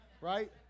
right